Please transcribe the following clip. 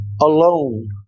alone